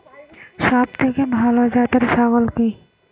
সবথেকে ভালো জাতের ছাগল কি?